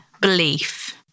belief